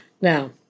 Now